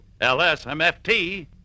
LSMFT